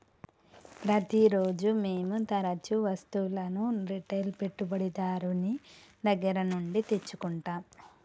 ప్రతిరోజూ మేము తరుచూ వస్తువులను రిటైల్ పెట్టుబడిదారుని దగ్గర నుండి తెచ్చుకుంటం